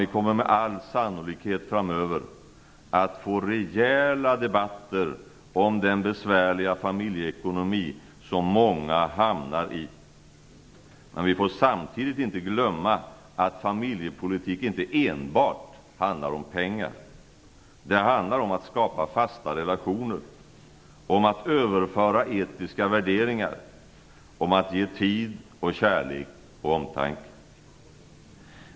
Vi kommer med all sannolikhet framöver att få rejäla debatter om den besvärliga familjeekonomin för många. Men vi får inte glömma att familjepolitik inte enbart handlar om pengar. Det handlar om att skapa fasta relationer, om att överföra etiska värderingar, om att ge tid och kärlek och omtanke.